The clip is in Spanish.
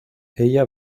ella